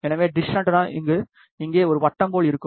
எனவே dish antenna இங்கே ஒரு வட்டம் போல இருக்கும்